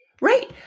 Right